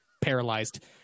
paralyzed